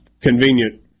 convenient